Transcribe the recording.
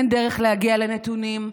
אין דרך להגיע לנתונים,